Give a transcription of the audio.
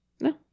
No